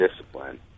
discipline